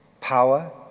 power